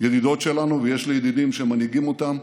ידידות שלנו, ויש לי ידידים שמנהיגים אותן,